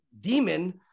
demon